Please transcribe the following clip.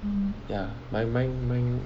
ya mine mine mine